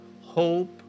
hope